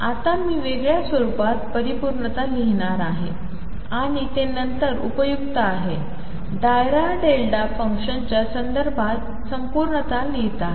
आता मी वेगळ्या स्वरूपात परिपूर्णता लिहिणार आहे आणि ते नंतर उपयुक्त आहे डायरा डेल्टा फंक्शनच्या संदर्भात संपूर्णता लिहीत आहे